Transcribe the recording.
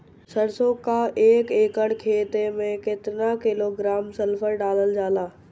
सरसों क एक एकड़ खेते में केतना किलोग्राम सल्फर डालल जाला?